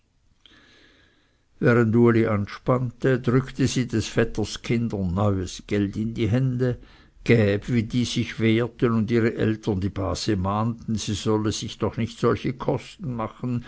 anspannte drückte sie des vetters kindern neues geld in die hände gäb wie die sich wehrten und ihre eltern die base mahnten sie solle sich doch nicht solche kosten machen